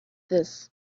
this